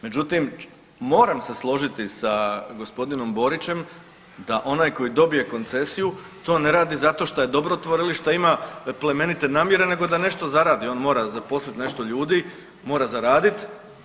Međutim, moram se složiti sa g. Borićem da onaj koji dobije koncesiju to ne radi zato što je dobrotvor ili šta ima plemenite namjere nego da nešto zaradi, on mora zaposlit nešto ljudi, mora zaradit.